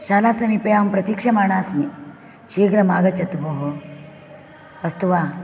शालासमीपे अहं प्रतीक्षमाणा अस्मि शीघ्रम् आगच्छतु भोः अस्तु वा